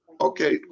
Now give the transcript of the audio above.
Okay